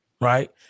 Right